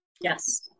Yes